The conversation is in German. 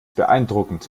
beeindruckend